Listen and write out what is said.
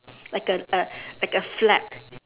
like a a like a flap